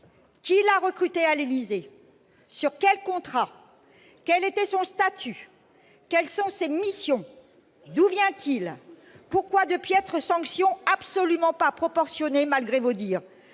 Qui l'a recruté à l'Élysée ? Sur quel contrat ? Quel était son statut ? Quelles sont ses missions ? D'où vient-il ? Pourquoi de piètres sanctions, absolument pas proportionnées, malgré vos dires ?